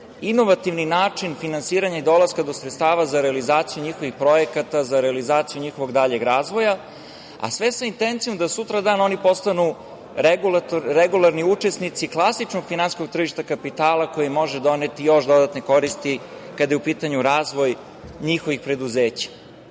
inovativni način finansiranja dolaska do sredstava za realizaciju njihovih projekata, za realizaciju njihovog daljeg razvoja, a sve sa intencijom da sutradan oni postanu regularni učesnici klasičnog finansijskog tržišta kapitala koji može doneti još dodatne koristi kada je u pitanju razvoj njihovih preduzeća. Ovo